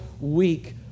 week